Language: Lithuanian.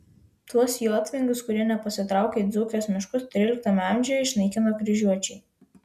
tuos jotvingius kurie nepasitraukė į dzūkijos miškus tryliktame amžiuje išnaikino kryžiuočiai